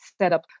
setup